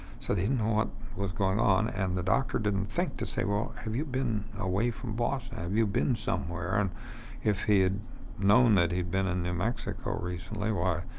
so they didn't know what was going on. and the doctor didn't think to say, well, have you been away from boston? have you been somewhere? and if he had known that he'd been in new mexico, recently, why,